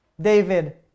David